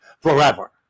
forever